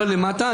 לא למטה.